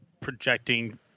projecting